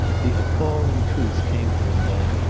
the appalling truth came to him then,